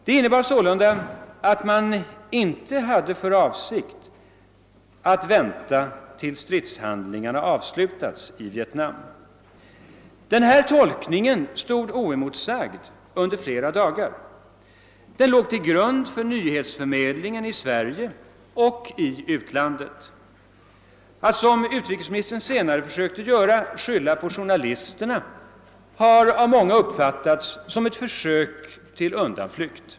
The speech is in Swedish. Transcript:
Det innebar således att man inte hade för avsikt att vänta till dess stridshandlingarna i Vietnam upphört. Denna tolkning stod oemotsagd under flera dagar, och den låg till grund för nyhetsförmedlingen i Sverige och i utlandet. Att utrikesministern senare försökte skylla på journalisterna har av många uppfattats som ett försök till undanflykt.